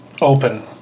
open